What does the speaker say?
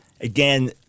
again